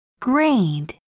Grade